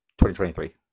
2023